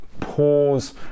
pause